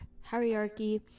hierarchy